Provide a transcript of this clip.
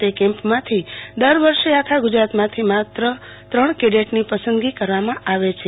તે કેમ્પમાંથી દર વર્ષે આખા ગજરાતમાંથી ત્રણ ત્રણ કેડેટની પસંદગી કરવામાં આવે છે